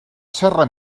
serra